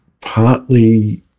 partly